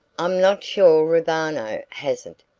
i'm not sure roviano hasn't,